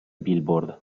billboard